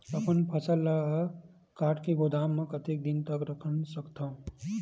अपन फसल ल काट के गोदाम म कतेक दिन तक रख सकथव?